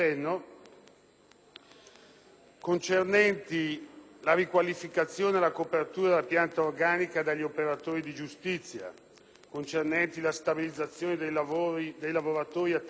concernenti la riqualificazione e la copertura della pianta organica degli operatori di giustizia, la stabilizzazione dei lavoratori a tempo determinato,